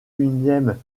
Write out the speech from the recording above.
unième